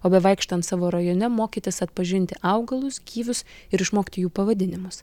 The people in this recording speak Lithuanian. o bevaikštant savo rajone mokytis atpažinti augalus gyvius ir išmokti jų pavadinimus